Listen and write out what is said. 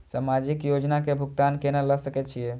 समाजिक योजना के भुगतान केना ल सके छिऐ?